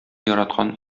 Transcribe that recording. яраткан